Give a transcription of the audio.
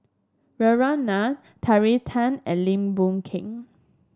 Nair Terry Tan and Lim Boon Keng